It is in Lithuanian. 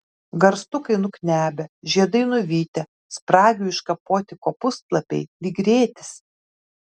garstukai nuknebę žiedai nuvytę spragių iškapoti kopūstlapiai lyg rėtis